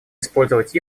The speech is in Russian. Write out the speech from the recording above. использовать